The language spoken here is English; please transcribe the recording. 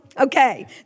Okay